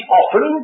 often